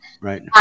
Right